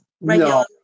No